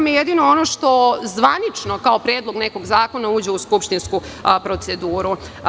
Jedino me zanima ono što zvanično kao predlog nekog zakona uđe u skupštinsku proceduru.